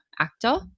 actor